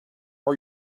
are